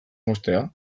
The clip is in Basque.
moztea